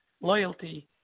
loyalty